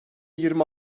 yirmi